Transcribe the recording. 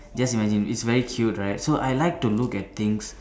just imagine is very cute right so I like to look at things